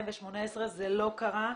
וזה לא קרה,